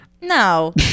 No